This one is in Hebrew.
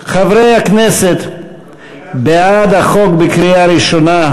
חובת התקשרות להורים והודעה על אי-הגעת ילד